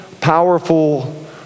powerful